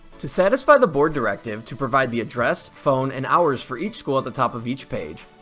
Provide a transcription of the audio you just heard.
to satisfy the board directive to provide the address, phone and hours for each school at the top of each page,